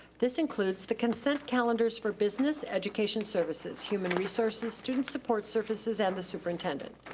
this includes the consent calendars for business, education services, human resources, student support services, and the superintendent.